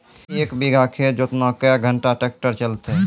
एक बीघा खेत जोतना क्या घंटा ट्रैक्टर चलते?